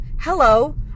hello